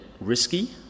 risky